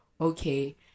okay